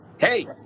Hey